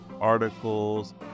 articles